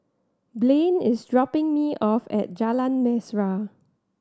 Blane is dropping me off at Jalan Mesra